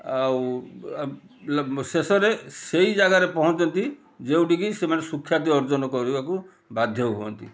ଆଉ ଶେଷରେ ସେଇ ଜାଗାରେ ପହଞ୍ଚନ୍ତି ଯେଉଁଠିକି ସେମାନେ ସୁଖ୍ୟାତି ଅର୍ଜନ କରିବାକୁ ବାଧ୍ୟ ହୁଅନ୍ତି